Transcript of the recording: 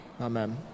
Amen